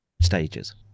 stages